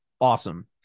awesome